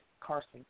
Carson